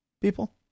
people